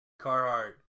Carhartt